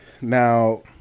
Now